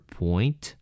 point